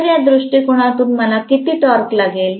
तरया दृष्टिकोनातून मला किती टॉर्क लागेल